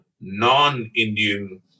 non-Indian